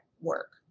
work